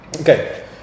Okay